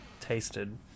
tasted